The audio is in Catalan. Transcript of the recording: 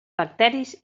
bacteris